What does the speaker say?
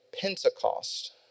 Pentecost